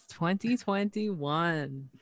2021